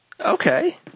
Okay